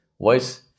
voice